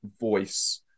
voice